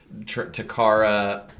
Takara